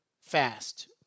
fast